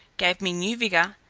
gave me new vigour,